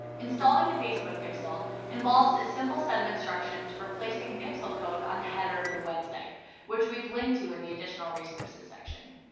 installing the facebook pixel involves a simple set of instructions for placing pixel code on the header of your website which we've linked to in the additional resources section.